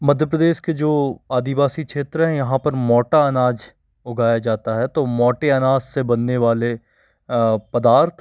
मध्य प्रदेश के जो आदिवासी क्षेत्र है यहाँ पर मोटा अनाज उगाया जाता है तो मोटे अनाज से बनने वाले पदार्थ